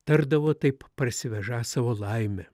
tardavo taip parsivežą savo laimę